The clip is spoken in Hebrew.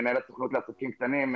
מנהל הסוכנות לעסקים קטנים,